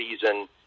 season